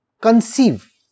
conceive